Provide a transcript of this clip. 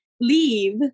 leave